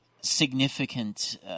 significant